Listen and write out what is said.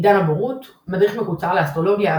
עידן הבורות מדריך מקוצר לאסטרולוגיה,